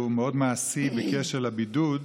שהוא מאוד מעשי בקשר לבידוד,